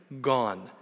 Gone